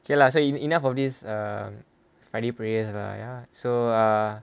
K lah so enough of this um friday prayers lah ya so err